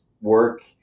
work